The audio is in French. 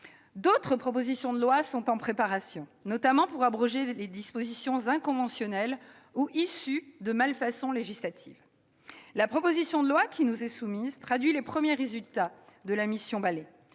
D'autres propositions de loi sont en préparation, notamment pour abroger des dispositions inconventionnelles ou issues de malfaçons législatives. La proposition de loi qui nous est soumise traduit les premiers résultats de la mission Balai.